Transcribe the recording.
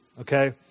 okay